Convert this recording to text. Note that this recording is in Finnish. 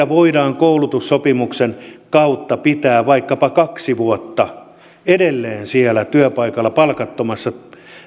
voidaan koulutussopimuksen kautta pitää vaikkapa kaksi vuotta edelleen siellä työpaikalla palkattomalla